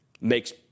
makes